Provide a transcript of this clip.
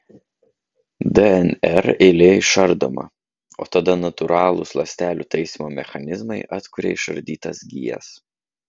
dnr eilė išardoma o tada natūralūs ląstelių taisymo mechanizmai atkuria išardytas gijas